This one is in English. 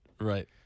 right